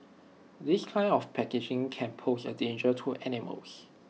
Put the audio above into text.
this kind of packaging can pose A danger to animals